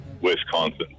Wisconsin